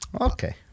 Okay